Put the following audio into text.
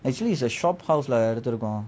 actually is a shophouse lah எடுத்துர்கோம்:eduthurkom